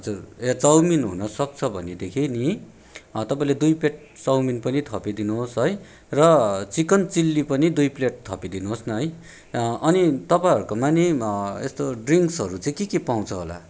हजुर ए चाउमिन हुन सक्छ भनेदेखि नि तपाईँले दुई प्लेट चाउमिन पनि थपि दिनुहोस् है र चिकन चिल्ली पनि दुई प्लेट थपि दिनुहोस् न है अनि तपाईँहरूकोमा नि यस्तो ड्रिङ्क्सहरू चाहिँ के के पाउँछ होला